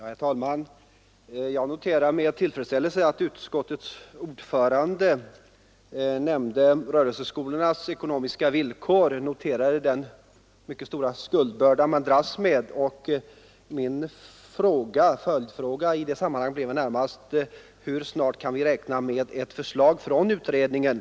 Herr talman! Jag noterade med tillfredsställelse att utskottets ordförande nämnde rörelseskolornas ekonomiska villkor och de mycket stora skuldbördor man dras med. Min följdfråga i det sammanhanget blir väl närmast: Hur snart kan vi räkna med ett förslag från utredningen?